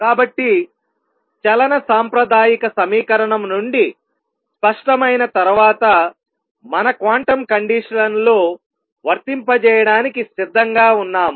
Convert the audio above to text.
కాబట్టి చలన సాంప్రదాయిక సమీకరణం నుండి స్పష్టమైన తర్వాత మన క్వాంటం కండిషన్ లను వర్తింపచేయడానికి సిద్ధంగా ఉన్నాము